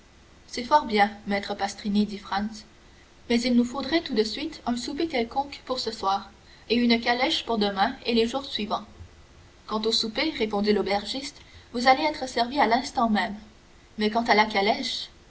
c'est fort bien maître pastrini dit franz mais il nous faudrait tout de suite un souper quelconque pour ce soir et une calèche pour demain et les jours suivants quant au souper répondit l'aubergiste vous allez être servis à l'instant même mais quant à la calèche